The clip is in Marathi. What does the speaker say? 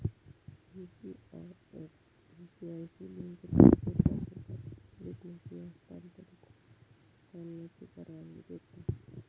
यू.पी.आय ऍप यू.पी.आय शी लिंक केलेल्या सोताचो खात्यात त्वरित निधी हस्तांतरित करण्याची परवानगी देता